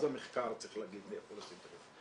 המחקר צריך להגיד מאיפה להשיג את הכסף.